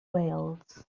wales